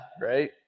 right